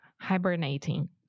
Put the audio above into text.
hibernating